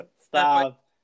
Stop